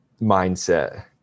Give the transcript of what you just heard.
mindset